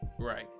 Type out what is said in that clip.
right